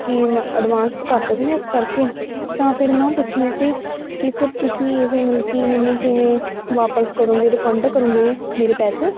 ਕਿ ਮੈ ਐਡਵਾਂਸ 'ਚ ਕਰਤਾ ਸੀ ਨਾ ਇਸ ਕਰਕੇ ਤਾਂ ਫਿਰ ਮੈਂ ਉਹ ਪੁੱਛਣਾ ਸੀ ਕਿ ਸਰ ਤੁਸੀਂ ਇਹ ਮਲ ਕਿ ਮੈਨੂੰ ਕਿਵੇਂ ਵਾਪਸ ਕਰੋਂਗੇ ਰਿਫੰਡ ਕਰੋਂਗੇ ਮੇਰੇ ਪੈਸੇ